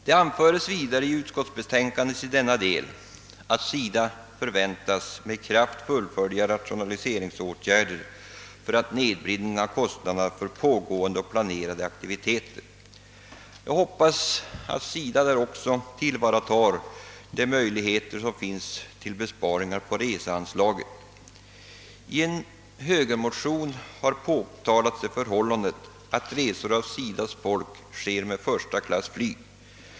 Det anförs vidare i utskottsbetänkandet i denna del att SIDA förväntas med kraft fullfölja rationaliseringsåtgärder för att nedbringa kostnaderna för pågående och planerade aktiviteter, och jag hoppas att SIDA också tillvaratar möjligheterna till besparingar på reseanslaget. I en högermotion har det förhållandet påtalats att resor av SIDA:s personal sker med I:a klass flyg.